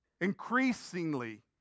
increasingly